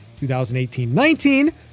2018-19